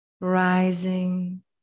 rising